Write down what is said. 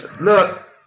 look